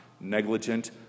negligent